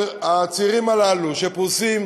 הצעירים האלה, שפרוסים